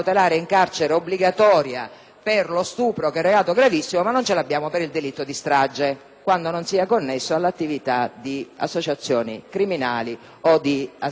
per lo stupro, che è reato gravissimo, ma non per il delitto di strage quando questo non sia connesso all'attività di associazioni criminali o di associazioni terroristiche.